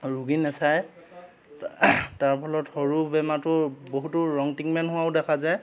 ৰোগী নাচায় তাৰ ফলত সৰু বেমাৰটোৰ বহুতো ৰং ট্ৰিটমেন্ট হোৱাও দেখা যায়